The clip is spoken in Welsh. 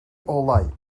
olau